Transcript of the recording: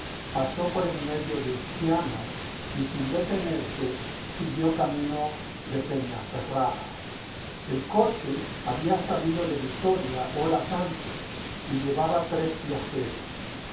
pasó por en medio de uzquiano y sin detenerse siguió camino de peñacerrada el coche había salido de vitoria horas antes y llevaba tres viajeros